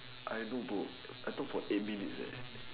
I know bro I talk for eight minutes eh